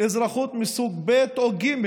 אזרחות מסוג ב' או ג',